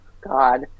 God